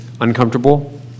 uncomfortable